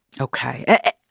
Okay